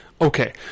Okay